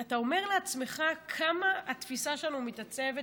אתה אומר לעצמך כמה התפיסה שלנו מתעצבת